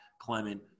Clement